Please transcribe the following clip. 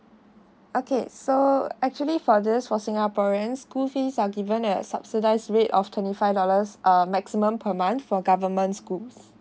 okay so actually for this for singaporeans school fees are given at a subsidize rate of twenty five dollars uh maximum per month for government schools